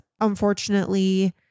unfortunately